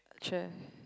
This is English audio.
chair